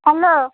hello